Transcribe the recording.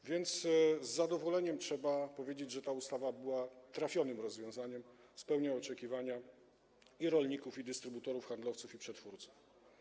A więc z zadowoleniem trzeba powiedzieć, że ta ustawa jest trafionym rozwiązaniem, spełnia oczekiwania i rolników, i dystrybutorów, i handlowców, i przetwórców.